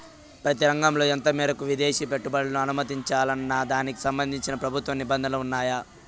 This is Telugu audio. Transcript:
ప్రతి రంగంలో ఎంత మేరకు విదేశీ పెట్టుబడులను అనుమతించాలన్న దానికి సంబంధించి ప్రభుత్వ నిబంధనలు ఉన్నాయా?